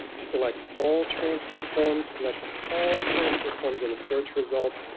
select all transfer forms. and that's all transfer forms in the search results,